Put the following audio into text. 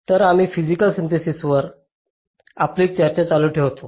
तर आम्ही फिसिकल सिन्थेसिसवर आपली चर्चा चालू ठेवतो